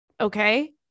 Okay